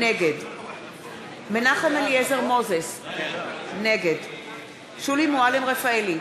נגד מנחם אליעזר מוזס, נגד שולי מועלם-רפאלי,